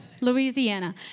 Louisiana